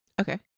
Okay